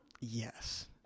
Yes